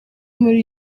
muri